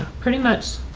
pretty much?